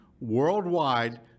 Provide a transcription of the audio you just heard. worldwide